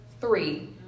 three